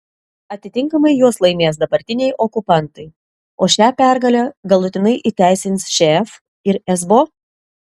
atitinkamai juos laimės dabartiniai okupantai o šią pergalę galutinai įteisins šf ir esbo